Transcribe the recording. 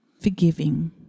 forgiving